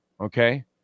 Okay